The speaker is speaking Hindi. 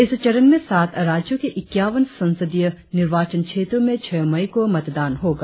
इस चरण में सात राज्यों के इक्यावन संसदीय निर्वाचन क्षेत्रों में छह मई को मतदान होगा